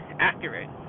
accurate